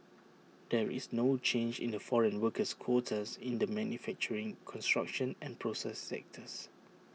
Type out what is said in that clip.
there is no change in the foreign workers quotas in the manufacturing construction and process sectors